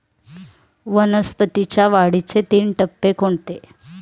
वनस्पतींच्या वाढीचे तीन टप्पे कोणते?